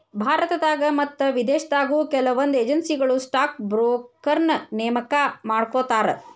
ಭಾರತದಾಗ ಮತ್ತ ವಿದೇಶದಾಗು ಕೆಲವೊಂದ್ ಏಜೆನ್ಸಿಗಳು ಸ್ಟಾಕ್ ಬ್ರೋಕರ್ನ ನೇಮಕಾ ಮಾಡ್ಕೋತಾರ